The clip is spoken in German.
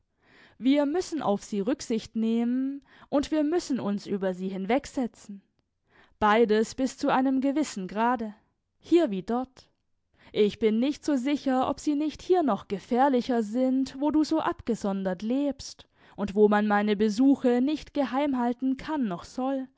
wir müssen auf sie rücksicht nehmen und wir müssen uns über sie hinwegsetzen beides bis zu einem gewissen grade hier wie dort ich bin nicht so sicher ob sie nicht hier noch gefährlicher sind wo du so abgesondert lebst und wo man meine besuche nicht geheim halten kann noch soll